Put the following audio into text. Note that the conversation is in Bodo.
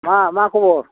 मा मा खबर